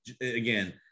again